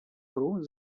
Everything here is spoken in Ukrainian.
гру